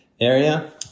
area